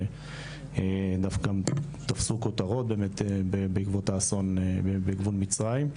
שדווקא תפסו כותרות בעקבות מצרים.